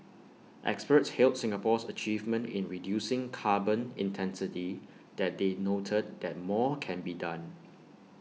experts hailed Singapore's achievement in reducing carbon intensity that they noted that more can be done